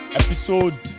episode